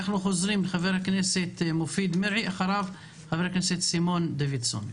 חבר הכנסת מופיד מרעי ואחריו חבר הכנסת סימון דוידסון.